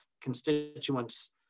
constituents